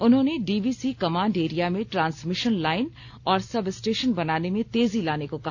उन्होंने DVC command area में transmission line और सब स्टेशन बनाने में तेजी लाने को कहा